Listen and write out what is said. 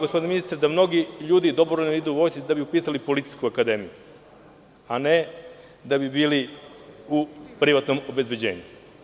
Gospodine ministre, dobro znamo da mnogi ljudi dobrovoljno idu u vojsku da bi upisali policijsku akademiju, a ne da bi bili u privatnom obezbeđenju.